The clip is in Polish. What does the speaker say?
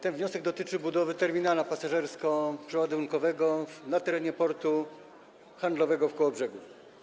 Ten wniosek dotyczy budowy terminala pasażersko-przeładunkowego na terenie portu handlowego w Kołobrzegu.